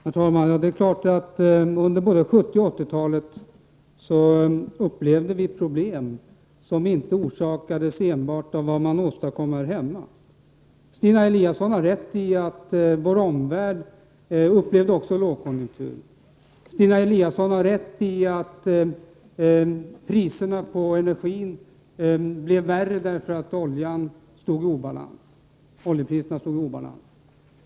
Herr talman! Ja, det är riktigt att vi under både 70 och 80-talet upplevde problem som inte enbart orsakades av vad man åstadkom här hemma. Stina Eliasson har rätt i att vår omvärld också upplevde en lågkonjunktur. Stina Eliasson har rätt i att priserna på energi blev högre därför att oljepriset stod i obalans.